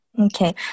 Okay